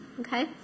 Okay